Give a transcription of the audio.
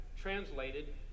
translated